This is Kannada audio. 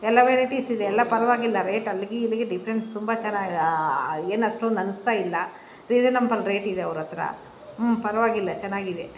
ಎಲ್ಲ ವೆರೈಟೀಸ್ ಇದೆ ಎಲ್ಲ ಪರವಾಗಿಲ್ಲ ರೇಟ್ ಅಲ್ಲಿಗೆ ಇಲ್ಲಿಗೆ ಡಿಫ್ರೆನ್ಸ್ ತುಂಬ ಚೆನ್ನಾಗಿ ಏನು ಅಷ್ಟೊಂದು ಅನಿಸ್ತಾ ಇಲ್ಲ ರೀಸನೇಬಲ್ ರೇಟ್ ಇದೆ ಅವ್ರ ಹತ್ರ ಹ್ಞೂ ಪರವಾಗಿಲ್ಲ ಚೆನ್ನಾಗಿದೆ